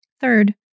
Third